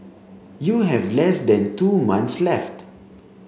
you have less than two months left